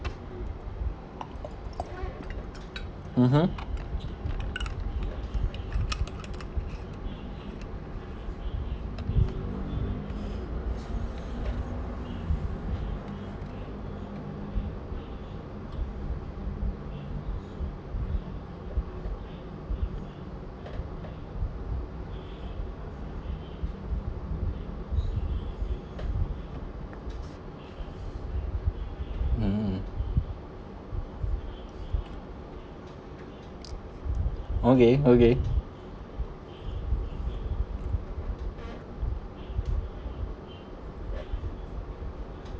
mmhmm mm mm okay okay